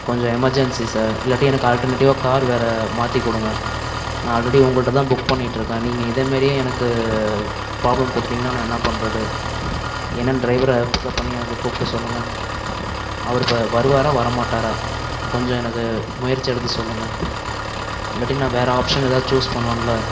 கொஞ்சம் emergency sir இல்லாட்டி எனக்கு ஆல்டர்நேட்டிவ்வாக கார் வேறு மாற்றிக் கொடுங்க நான் ஆல்ரெடி உங்கள்கிட்டதான் புக் பண்ணிட்டிருக்கேன் நீங்கள் இதே மாரியே எனக்கு ப்ராப்ளம் கொடுத்திங்கன்னா நான் என்ன பண்ணுறது என்னென்று ட்ரைவரை பிக்அப் பண்ணி எனக்கு கூப்பிட்டு சொல்லுங்கள் அவர் இப்போ வருவாரா வரமாட்டாரா கொஞ்சம் எனக்கு முயற்சி எடுத்து சொல்லுங்கள் இல்லாட்டி நான் வேறு ஆப்ஷன் எதாவது சூஸ் பண்ணுவேன்ல